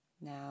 Now